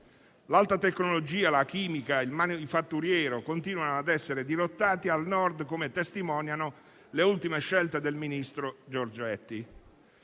L'alta tecnologia, la chimica e il manifatturiero continuano ad essere dirottati al Nord, come testimoniano le ultime scelte del ministro Giorgetti.